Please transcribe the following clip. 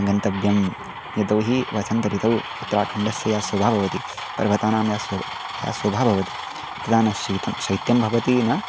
गन्तव्यं यतो हि वसन्तर्तौ उत्तराखण्डस्य शोभा भवति पर्वतानां या सो या शोभा भवति तदा न शीतं शैत्यं भवति न